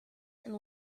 and